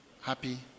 happy